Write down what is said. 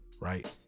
Right